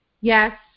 Yes